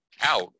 out